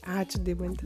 ačiū deimante